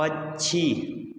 पक्षी